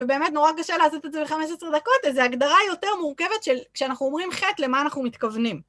ובאמת נורא קשה לעשות את זה ב-15 דקות, איזו הגדרה יותר מורכבת כשאנחנו אומרים חטא למה אנחנו מתכוונים.